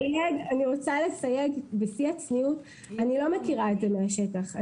אני רוצה לסייג בשיא הצניעות: אני לא מכירה את זה מהשטח.